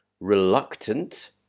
Reluctant